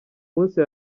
munsi